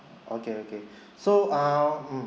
okay okay so err um